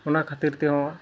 ᱚᱱᱟ ᱠᱷᱟᱹᱛᱤᱨ ᱛᱮᱦᱚᱸ